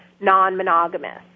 non-monogamous